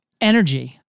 Energy